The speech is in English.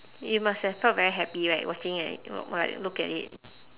you must have felt very happy right watching like or like look at it